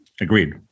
Agreed